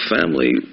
family